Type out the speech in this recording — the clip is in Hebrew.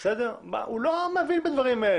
הוא לא מבין בדברים האלה.